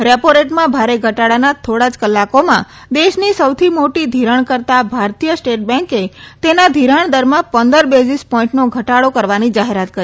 repo રેટમાં ભારે ઘટાડાના થોડા જ કલાકોમાં દેશની સૌથી મોટી ધીરાણકર્તા ભારતીય સ્ટેટ બેંકે તેના ધીરાણ દરમાં ક્ષપ બેઝીજ પોઈન્ટનો ઘટાડો કરવાની જાહેરાત કરી